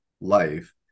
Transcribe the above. life